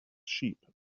sheep